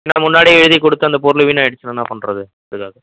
நான் முன்னாடியே எழுதிக் கொடுத்து அந்த பொருள் வீணாயிடுச்சுனா என்ன பண்ணுறது அதற்காக தான்